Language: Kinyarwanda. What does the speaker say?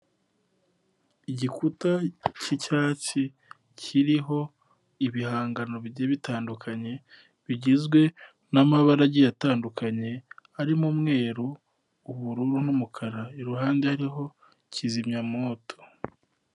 Igikuta k'icyatsi kiriho ibihangano bigiye bitandukanye, bigizwe n'amabara agiye atandukanye arimo umweru, ubururu n'umukara, iruhande hariho kizimyamwoto.